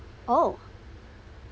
oh